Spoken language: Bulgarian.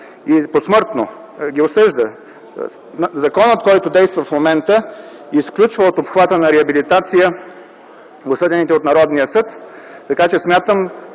ги посмъртно. Законът, който действа в момента, изключва от обхвата на реабилитация осъдените от Народния съд, така че смятам,